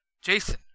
Jason